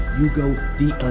you go the